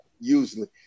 usually